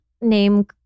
name